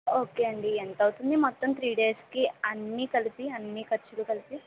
okay అండి ఎంత అవుతుంది మొతం త్రీ డేస్కి అన్నీ కలిపి అన్నీ ఖర్చులు కలిపి